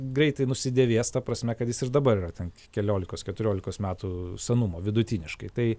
greitai nusidėvės ta prasme kad jis ir dabar yra ten keliolikos keturiolikos metų senumo vidutiniškai tai